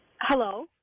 Hello